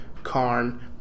karn